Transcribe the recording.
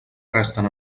resten